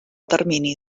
termini